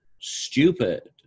stupid